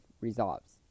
resolves